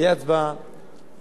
תהיה הצבעה,